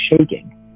shaking